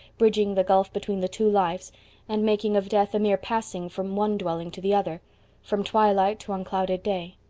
bridging the gulf between the two lives and making of death a mere passing from one dwelling to the other from twilight to unclouded day.